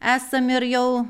esam ir jau